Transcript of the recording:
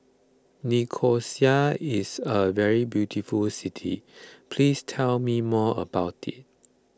Nicosia is a very beautiful city please tell me more about it